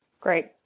Great